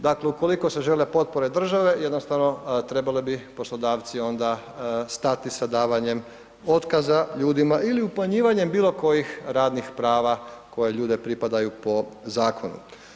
Dakle, ukoliko se žele potpore države jednostavno trebali bi poslodavci onda stati sa davanjem otkaza ljudima ili upanjivanjem bilo kojih radnih prava koje ljude pripadaju po zakonu.